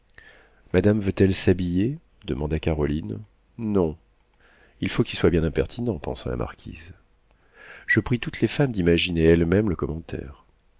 madame veut-elle s'habiller demanda caroline non il faut qu'il soit bien impertinent pensa la marquise je prie toutes les femmes d'imaginer elles-mêmes le commentaire